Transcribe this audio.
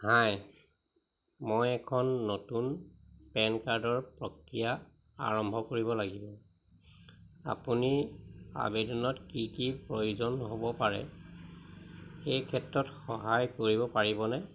হাই মই এখন নতুন পেন কাৰ্ডৰ প্ৰক্ৰিয়া আৰম্ভ কৰিব লাগিব আপুনি আবেদনত কি কি প্ৰয়োজন হ'ব পাৰে সেই ক্ষেত্ৰত সহায় কৰিব পাৰিবনে